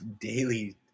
daily